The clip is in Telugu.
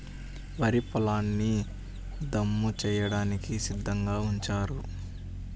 వరి పొలాల్ని దమ్ము చేయడానికి సిద్ధంగా ఉంచారు